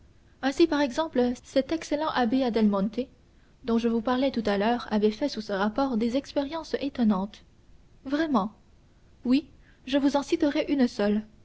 ainsi par exemple cet excellent abbé adelmonte dont je vous parlais tout à l'heure avait fait sous ce rapport des expériences étonnantes vraiment oui je vous en citerai une seule